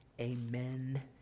amen